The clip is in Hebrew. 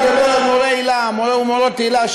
אני מדבר על מורי ומורות היל"ה,